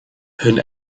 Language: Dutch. hun